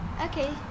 Okay